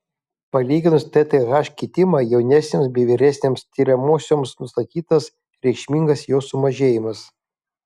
palyginus tth kitimą jaunesnėms bei vyresnėms tiriamosioms nustatytas reikšmingas jo sumažėjimas